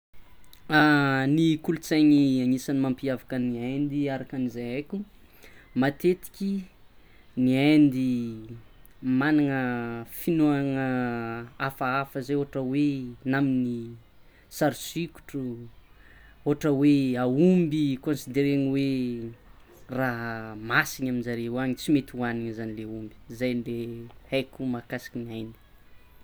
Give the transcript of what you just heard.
Ny kolontsainy agnisan'ny mampiavaka ny Indy arakan'izay aiko matetiky ny Indy magnana finoagna hafahafa zay ohatra hoe na amin'ny sary sikotro ohatra aomby kaonsidereny hoe raha masiny aminjareo any tsy mety hozniny zany le omby zay le aiko makasiky le Indy.